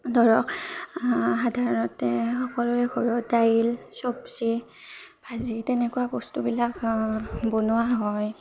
ধৰক সাধাৰণতে সকলোৰে ঘৰৰ দাইল চব্জি ভাজি তেনেকুৱা বস্তুবিলাক বনোৱা হয়